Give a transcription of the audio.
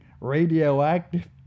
radioactive